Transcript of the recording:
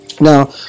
Now